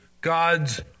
God's